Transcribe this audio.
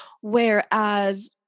Whereas